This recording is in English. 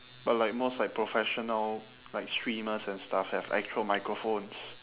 but like most like professional like streamers and stuff have actual microphones